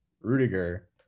Rudiger